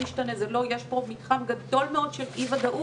חושב שאנחנו גם צריכים לבחון את מה שיש לנו להגיד לגבי דברים אחרים.